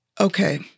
okay